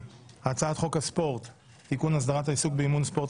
הצעת חוק הספורט (תיקון - הסדרת העיסוק באימון ספורט),